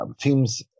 teams